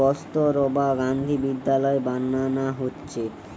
কস্তুরবা গান্ধী বিদ্যালয় বানানা হচ্ছে